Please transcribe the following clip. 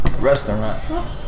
restaurant